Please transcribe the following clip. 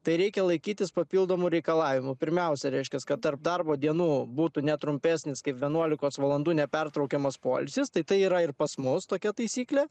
tai reikia laikytis papildomų reikalavimų pirmiausia reiškia kad tarp darbo dienų būtų ne trumpesnis kaip vienuolikos valandų nepertraukiamas poilsis tai tai yra ir pas mus tokia taisyklė